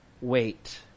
wait